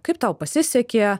kaip tau pasisekė